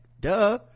duh